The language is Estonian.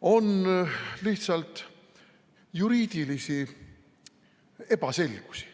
On lihtsalt juriidilisi ebaselgusi.